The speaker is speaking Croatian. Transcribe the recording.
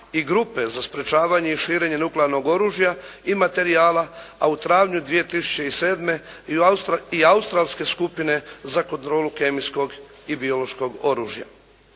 i grupe za sprječavanje i širenje nuklearnog oružja i materijala, a u travnju 2007. i u australske skupine za kontrolu kemijskog i biološkog oružja.